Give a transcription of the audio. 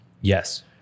Yes